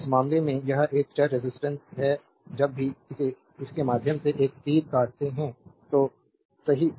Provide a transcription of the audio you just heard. अब इस मामले में यह एक चर रेजिस्टेंस है जब भी इसके माध्यम से एक तीर काटते हैं तो सही